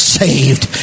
saved